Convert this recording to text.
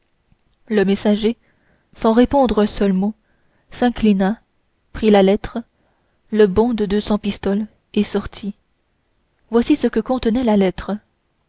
le messager sans répondre un seul mot s'inclina prit la lettre le bon de deux cents pistoles et sortit voici ce que contenait la lettre